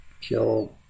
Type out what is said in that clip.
kill